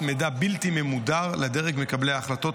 מידע בלתי ממודר לדרג מקבלי ההחלטות,